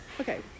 okay